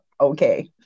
Okay